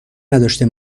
نداشته